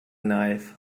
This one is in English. knife